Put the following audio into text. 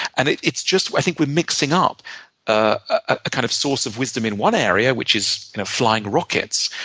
and it's it's just, i think we're mixing up a kind of source of wisdom in one area, which is flying rockets,